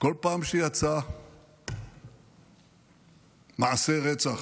כל פעם שיצא מעשה רצח